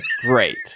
great